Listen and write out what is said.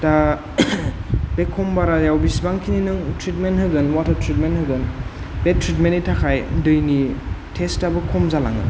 दा बे खम बारायाव बेसेबांखिनि नों ट्रिटमेन्ट होगोन वाटार ट्रिटमेन्ट होगोन बे ट्रिटमेन्ट नि थाखाय दैनि टेस्टाबो खम जालाङो